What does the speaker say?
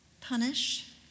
punish